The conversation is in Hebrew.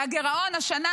והגירעון השנה,